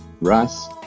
rice